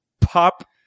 pop